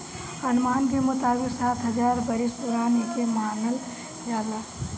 अनुमान के मुताबिक सात हजार बरिस पुरान एके मानल जाला